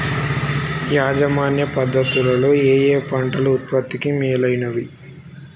యాజమాన్య పద్ధతు లలో ఏయే పంటలు ఉత్పత్తికి మేలైనవి?